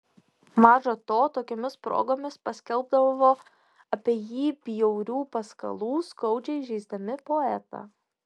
maža to tokiomis progomis paskelbdavo apie jį bjaurių paskalų skaudžiai žeisdami poetą